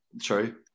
true